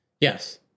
Yes